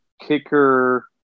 kicker